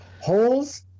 Holes